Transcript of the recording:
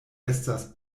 estas